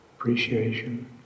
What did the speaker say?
Appreciation